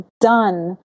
done